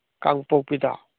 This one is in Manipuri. ꯀꯥꯡꯄꯣꯛꯄꯤꯗ